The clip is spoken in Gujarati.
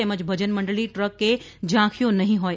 તેમજ ભજન મંડળી ટ્રક કે ઝાંખીઓ નહીં હોય